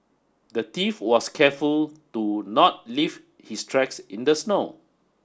the thief was careful to not leave his tracks in the snow